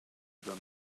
them